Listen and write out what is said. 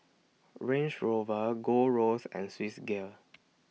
Range Rover Gold Roast and Swissgear